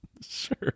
Sure